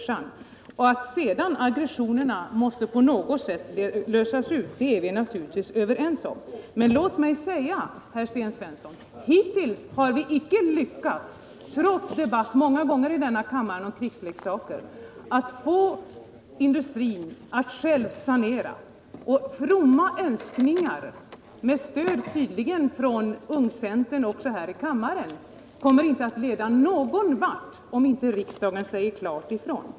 Sedan är vi naturligtvis överens om att aggressionerna på något sätt måste levas ut, men låt mig säga, herr Sten Svensson: Hittills har vi inte, trots många debatter i den här kammaren om krigsleksaker, lyckats få industrin att sanera. Fromma önskningar med stöd tydligen från ungcentern också här i kammaren kommer inte att leda någon vart om inte riksdagen klart säger ifrån.